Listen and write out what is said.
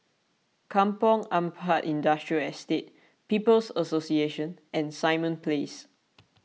Kampong Ampat Industrial Estate People's Association and Simon Place